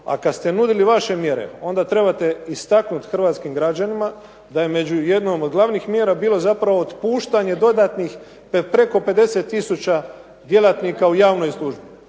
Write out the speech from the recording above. A kad ste nudili vaše mjere, onda trebate istaknuti hrvatskim građanima da je među jednom od glavnih mjera bilo zapravo otpuštanje dodatnih preko 50000 djelatnika u javnoj službi.